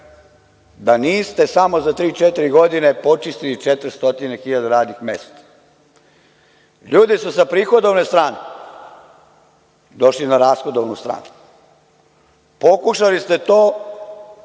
da niste samo za tri, četiri godine počistili 400 hiljada radnih mesta? Ljudi su sa prihodovne strane došli na rashodovanu stranu. Pokušali ste to